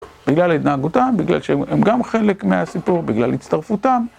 בגלל ההתנהגותם, בגלל שהם גם חלק מהסיפור, בגלל הצטרפותם